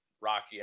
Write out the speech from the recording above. rocky